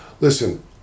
Listen